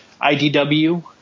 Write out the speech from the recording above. IDW